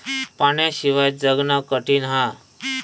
पाण्याशिवाय जगना कठीन हा